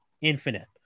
infinite